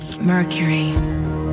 Mercury